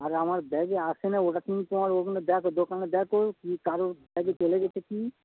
আর আমার ব্যাগে আসে না ওটা থেকে তোমার ওখানে দেখো দোকানে দেখো কি কারোর ব্যাগে চেলে গেছে কি